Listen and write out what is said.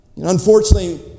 Unfortunately